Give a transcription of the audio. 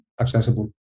accessible